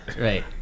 Right